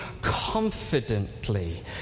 confidently